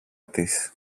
της